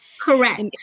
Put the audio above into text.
Correct